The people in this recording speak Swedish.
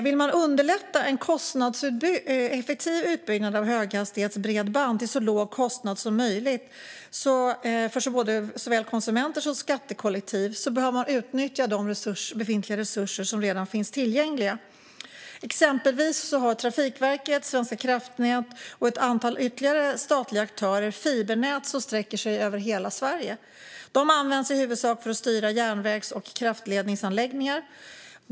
Om man vill underlätta för en kostnadseffektiv utbyggnad av höghastighetsbredband till så låg kostnad som möjligt för såväl konsumenter som skattekollektiv behöver man utnyttja de resurser som redan finns tillgängliga. Exempelvis har Trafikverket, Svenska kraftnät och ytterligare ett antal statliga aktörer fibernät som sträcker sig över hela Sverige. De används i huvudsak för att styra järnvägs och kraftledningsanläggningar.